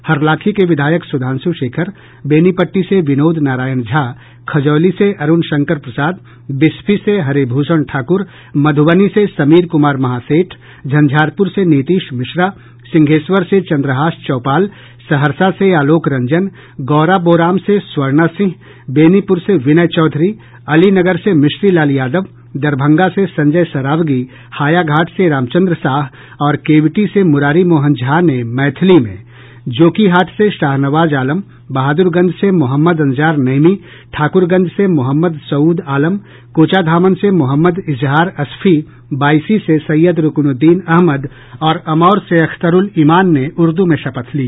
हरलाखी के विधायक सुधांशु शेखर बेनीपट्टी से विनोद नारायण झा खजौली से अरुण शंकर प्रसाद बिस्फी से हरिभूषण ठाक्र मध्रबनी से समीर कुमार महासेठ झंझारपुर से नीतीश मिश्रा सिंहेश्वर से चंद्रहास चौपाल सहरसा से आलोक रंजन गौराबौराम से स्वर्णा सिंह बेनीपुर से विनय चौधरी अलीनगर से मिश्री लाल यादव दरभंगा से संजय सरावगी हायाघाट से रामचंद्र साह और केवटी से मुरारी मोहन झा ने मैथिली में जोकीहाट से शाहनवाज आलम बहादुरगंज से मोहम्मद अंजार नईमी ठाकुरगंज से मोहम्मद सऊद आलम कोचाधामन से मोहम्मद इजहार असफी बायसी से सैयद रुकनुद्दीन अहमद और अमौर से अख्तरुल इमान ने उर्दू में शपथ ली